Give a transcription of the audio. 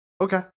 Okay